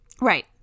Right